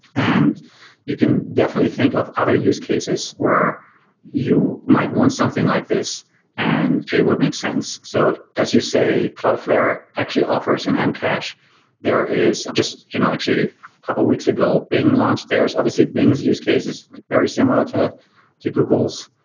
and you can definitely think of other use cases where you might want something like this and it would make sense. so as you say cloudflare actually offers and an mcache, there is just you know actually a couple of weeks ago, being launched, there's obviously bing's us cases like very similar to to google's.